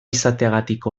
izateagatik